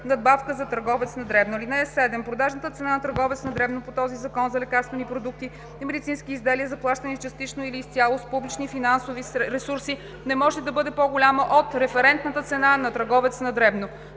надбавка за търговец на дребно. (7) Продажната цена на търговец на дребно по този закон за лекарствени продукти и медицински изделия заплащани частично или изцяло с публични финансови ресурси, не може да бъде по-голяма от Референтната цена на търговец на дребно.